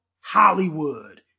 Hollywood